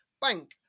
bank